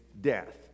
death